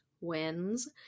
wins